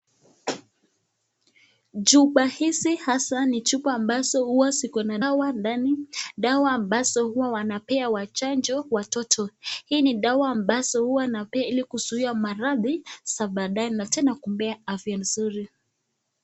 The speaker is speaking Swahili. Chupa hizi hasa ni chupa ambazo hua ziko na dawa ndani. Dawa ambazo huwa wanapea chanjo watoto. Hii dawa ambazo hua wanapea ili kuzuia maradhi za badaaye na tena kupea afya mzuri.